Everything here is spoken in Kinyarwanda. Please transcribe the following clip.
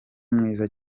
mwiza